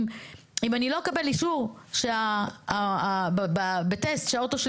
אם אני לא אקבל אישור בטסט שהאוטו שלי